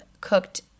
cooked